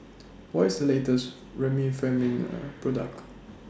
What IS The latest Remifemin Product